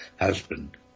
husband